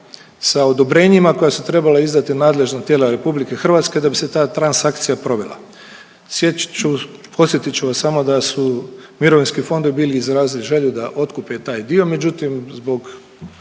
sa odobrenjima koja su trebala izdati nadležna tijela RH da bi se ta transakcija provela. Podsjetit ću vas samo da su mirovinski fondovi bili izrazili želju da otkupe taj dio međutim zbog